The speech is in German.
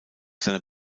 seiner